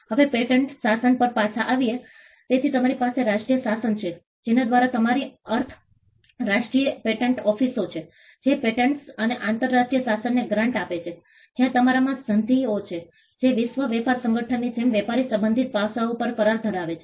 હવે પેટર્ન શાસન પર પાછા આવીયે તેથી તમારી પાસે રાષ્ટ્રીય શાસન છે જેના દ્વારા અમારી અર્થ રાષ્ટ્રીય પેટન્ટ ઓફિસો છે જે પેટન્ટ્સ અને આંતરરાષ્ટ્રીય શાસનને ગ્રાન્ટ આપે છે જ્યાં તમારામાં સંધિઓ છે જે વિશ્વ વેપાર સંગઠનની જેમ વેપાર સંબંધિત પાસાઓ પર કરાર ધરાવે છે